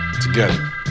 together